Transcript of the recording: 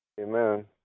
amen